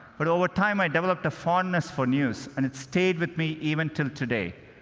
but over time i developed a fondness for news, and it stayed with me even till today.